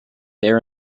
there